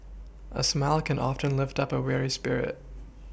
a smile can often lift up a weary spirit